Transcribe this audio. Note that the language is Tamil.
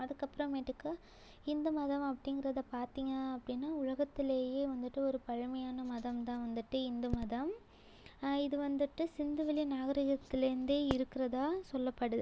அதுக்கப்பறமேட்டுக்கு ஹிந்து மதம் அப்படிங்கிறத பார்த்தீங்க அப்படின்னா உலகத்துலேயே வந்துவிட்டு ஒரு பழமையான மதம் தான் வந்துவிட்டு ஹிந்து மதம் இது வந்துட்டு சிந்துவெளி நாகரிகத்திலேருந்தே இருக்கறதாக சொல்லப்படுது